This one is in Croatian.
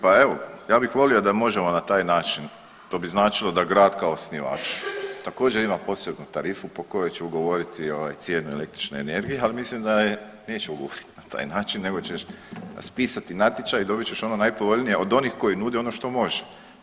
Pa evo ja bih volio da možemo na taj način to bi značilo da grad kao osnivač također ima posebnu tarifu po kojoj će ugovoriti cijene električne energije, ali mislim da je neće ugovoriti na taj način nego ćeš raspisati natječaj dobit ćeš ono najpovoljnije od onih koji nude ono što može.